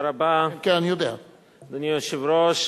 אדוני היושב-ראש,